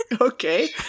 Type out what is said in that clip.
Okay